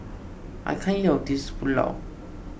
I can't eat all of this Pulao